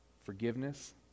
forgiveness